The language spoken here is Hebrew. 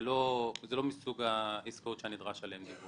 זה לא מסוג העסקאות שהיה נדרש עליהן דיווח.